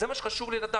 זה מה שחשוב לי לדעת,